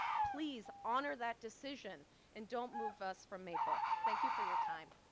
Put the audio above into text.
please honor that decision and don't move us from maple. thank you for your time.